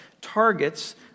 targets